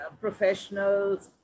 professionals